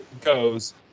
goes